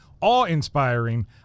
awe-inspiring